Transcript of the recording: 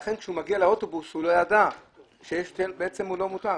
לכן כשהוא מגיע לאוטובוס הוא לא יודע שבעצם הוא לא מוטען.